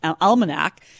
Almanac